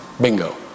Bingo